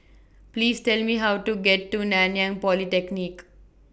Please Tell Me How to get to Nanyang Polytechnic